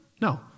No